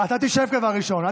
דבר ראשון, שב.